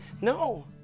no